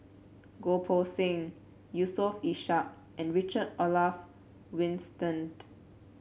Goh Poh Seng Yusof Ishak and Richard Olaf Winstedt